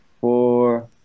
four